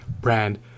brand